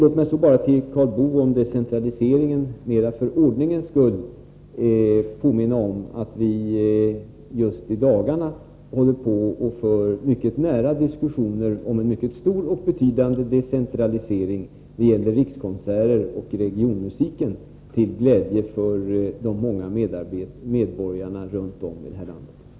Beträffande decentralisering vill jag mera för ordningens skull påminna Karl Boo om att vi just i dagarna håller på att föra mycket nära diskussioner om en mycket stor och betydande decentralisering — det gäller rikskonserter och regionmusiken — till glädje för de många medborgarna runt om i landet.